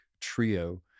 trio